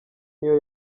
niyo